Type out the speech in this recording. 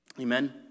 Amen